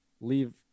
leave